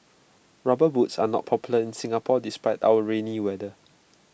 rubber boots are not popular in Singapore despite our rainy weather